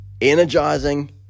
energizing